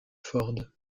ford